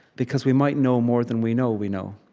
because we might know more than we know we know.